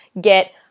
Get